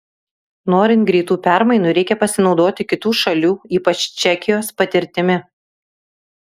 norint greitų permainų reikia pasinaudoti kitų šalių ypač čekijos patirtimi